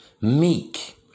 meek